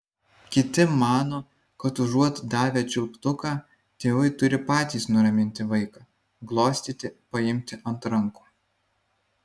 kiti mano kad užuot davę čiulptuką tėvai turi patys nuraminti vaiką glostyti paimti ant rankų